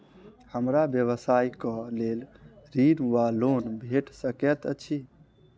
हमरा व्यवसाय कऽ लेल ऋण वा लोन भेट सकैत अछि?